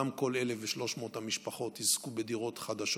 גם כל 1,300 המשפחות יזכו בדירות חדשות,